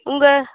உங்கள்